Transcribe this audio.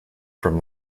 from